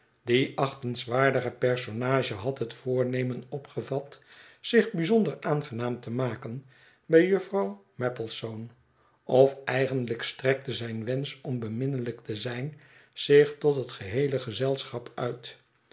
die achtenswaardige personage had het voornemen opgevat zich bijzbnder aangenaam te maken bij juffrouw maplesone of eigenlijk strekte zijn wensch om beminnelijk te zijn zich tot het geheele gezelschap uit